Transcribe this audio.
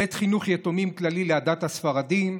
בית חינוך יתומים כללי לעדת הספרדים,